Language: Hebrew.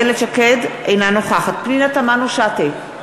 אינה נוכחת פנינה תמנו-שטה,